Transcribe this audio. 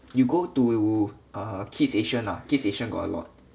you go to err Kissasian ah Kissasian got a lot